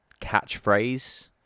catchphrase